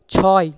ছয়